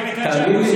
תאמין לי,